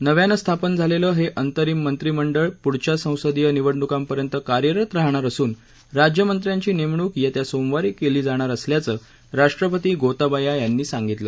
नव्यानं स्थापन झालेलं हे अंतरिम मंत्रिमंडळ पुढच्या संसदीय निवडणुकांपर्यंत कार्यरत राहणार असून राज्यमंत्र्यांची नेमणूक येत्या सोमवारी केली जाणार असल्याचं राष्ट्रपती गोताबाया यांनी सांगितलं